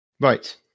Right